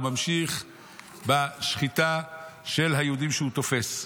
הוא ממשיך בשחיטה של היהודים שהוא תופס.